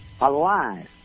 alive